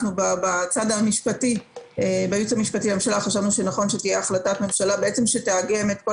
בייעוץ המשפטי לממשלה חשבנו שנכון שתהיה החלטת ממשלה שתאגם את כל